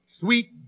sweet